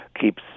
keeps